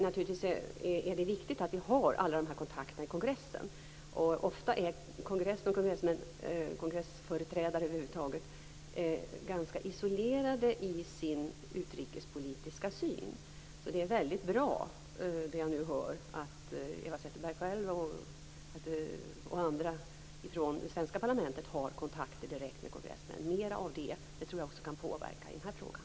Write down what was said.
Naturligtvis är det viktigt att vi har alla dessa kontakter i kongressen. Ofta är kongressen och kongressmän, kongressföreträdare över huvud taget, ganska isolerade i sin utrikespolitiska syn. Det är därför väldigt bra att Eva Zetterberg, som jag nu fick höra, och andra från det svenska parlamentet har kontakter direkt med kongressmän. Mera av det! Det tror jag också kan påverka i den här frågan.